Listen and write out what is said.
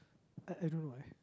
I I don't know eh